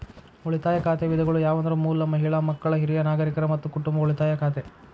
ಉಳಿತಾಯ ಖಾತೆ ವಿಧಗಳು ಯಾವಂದ್ರ ಮೂಲ, ಮಹಿಳಾ, ಮಕ್ಕಳ, ಹಿರಿಯ ನಾಗರಿಕರ, ಮತ್ತ ಕುಟುಂಬ ಉಳಿತಾಯ ಖಾತೆ